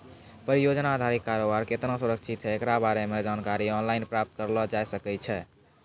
परियोजना अधारित कारोबार केतना सुरक्षित छै एकरा बारे मे जानकारी आनलाइन प्राप्त करलो जाय सकै छै